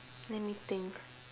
let me think